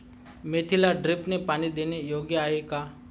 मेथीला ड्रिपने पाणी देणे योग्य आहे का?